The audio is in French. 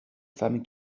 femmes